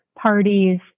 parties